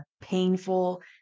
painful